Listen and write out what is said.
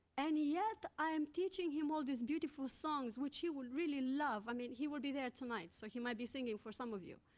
and yet, i am teaching him all these beautiful songs which he will really love i mean, he will be there tonight, so he might be singing for some of you.